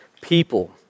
people